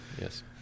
yes